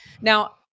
Now